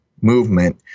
movement